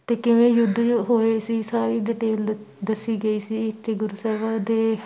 ਅਤੇ ਕਿਵੇਂ ਯੁੱਧ ਯ ਹੋਏ ਸੀ ਸਾਰੀ ਡਿਟੇਲ ਦ ਦੱਸੀ ਗਈ ਸੀ ਅਤੇ ਗੁਰੂ ਸਾਹਿਬਾਂ ਦੇ